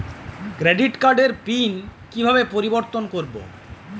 Credit কার্ডের PIN কিভাবে পরিবর্তন করবো?